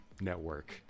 network